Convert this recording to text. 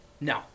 No